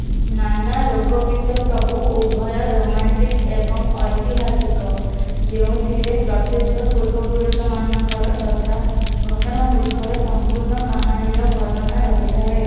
ନାନା ଲୋକଗୀତ ସବୁ ଉଭୟ ରୋମାଣ୍ଟିକ ଏବଂ ଐତିହାସିକ ଯେଉଁଥିରେ ପ୍ରସିଦ୍ଧ ପୂର୍ବପୁରୁଷ ମାନଙ୍କର ତଥା ଘଟଣା ଗୁଡ଼ିକର ସମ୍ପୂର୍ଣ୍ଣ କାହାଣୀର ବର୍ଣ୍ଣନା ରହିଥାଏ